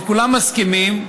שכולם מסכימים,